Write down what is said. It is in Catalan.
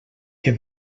que